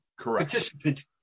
participant